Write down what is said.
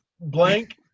blank